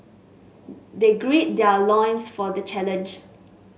they gird their loins for the challenge